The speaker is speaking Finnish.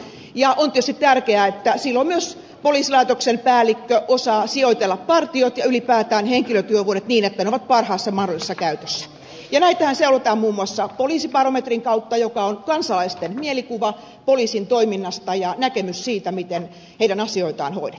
on tietysti tärkeää että silloin myös poliisilaitoksen päällikkö osaa sijoitella partiot ja ylipäätään henkilötyövuodet niin että ne ovat parhaassa mahdollisessa käytössä ja näitähän seulotaan muun muassa poliisibarometrin kautta joka on kansalaisten mielikuva poliisin toiminnasta ja näkemys siitä miten heidän asioitaan hoidetaan